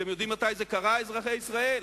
אתם יודעים מתי זה קרה, אזרחי ישראל?